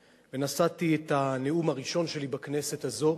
ונשאתי את הנאום הראשון שלי בכנסת הזאת,